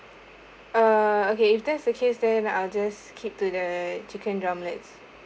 uh okay if that's the case then I will just keep to the chicken drumlets